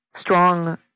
strong